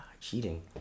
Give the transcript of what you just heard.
cheating